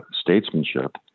statesmanship